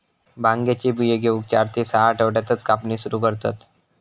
भांगेचे बियो घेऊक चार ते सहा आठवड्यातच कापणी सुरू करतत